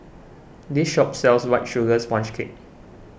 this shop sells White Sugar Sponge Cake